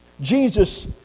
Jesus